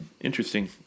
interesting